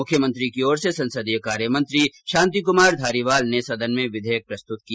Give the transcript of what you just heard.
मुख्यमंत्री की ओर से संसदीय कार्य मंत्री शांति कुमार धारीवाल ने सदन में विधेयक प्रस्तुत किया